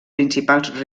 principals